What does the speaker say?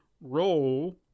Roll